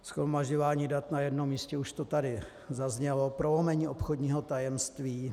Shromažďování dat na jednom místě, už to tady zaznělo, prolomení obchodního tajemství.